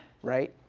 right.